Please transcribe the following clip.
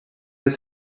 dels